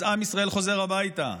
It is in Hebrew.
אז עם ישראל חוזר הביתה,